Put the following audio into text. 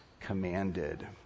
commanded